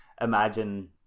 imagine